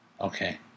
Okay